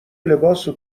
لباسو